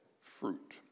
fruit